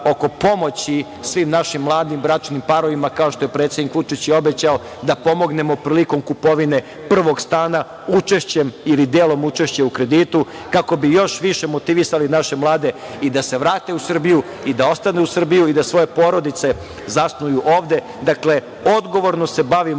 oko pomoći svim našim mladim bračnim parovima kao što je predsednik Vučić i obećao, da pomognemo prilikom kupovine prvog stana, učešćem ili delom učešća u kreditu, kako bi još više motivisali naše mlade da se vrate u Srbiju, da ostanu u Srbiji i da svoje porodice zasnuju ovde. Dakle, odgovorno se bavimo